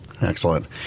Excellent